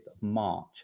March